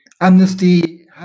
amnesty